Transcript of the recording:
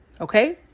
Okay